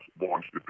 launched